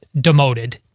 demoted